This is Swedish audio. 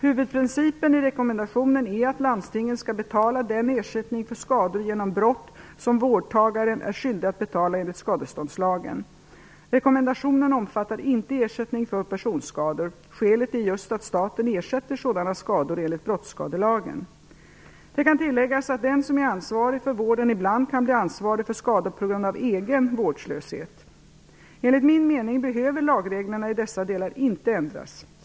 Huvudprincipen i rekommendationen är att landstingen skall betala den ersättning för skador genom brott som vårdtagaren är skyldig att betala enligt skadeståndslagen. Rekommendationen omfattar inte ersättning för personskador. Skälet är just att staten ersätter sådana skador enligt brottsskadelagen. Det kan tilläggas att den som är ansvarig för vården ibland kan bli ansvarig för skador på grund av egen vårdslöshet. Enligt min mening behöver lagreglerna i dessa delar inte ändras.